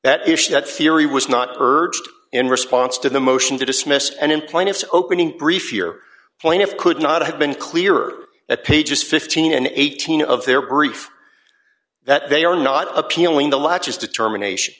that issue that theory was not urged in response to the motion to dismiss and in plaintiff's opening brief here plaintiff could not have been clearer at pages fifteen and eighteen of their brief that they are not appealing the latches determination